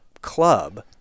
club